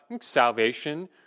salvation